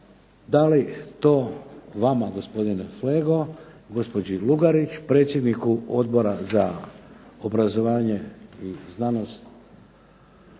dali to vama gospodine Flego, gospođi Lugarić, predsjedniku Odbora za obrazovanje i znanost